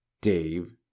Dave